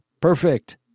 perfect